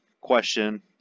question